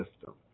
system